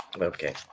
Okay